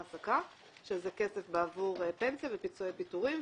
שזה כסף בעבור פנסיה ופיצויי פיטורים,